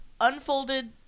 unfolded